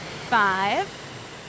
Five